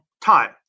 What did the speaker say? time